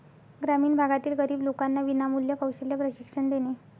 ग्रामीण भागातील गरीब लोकांना विनामूल्य कौशल्य प्रशिक्षण देणे